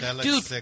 Dude